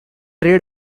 red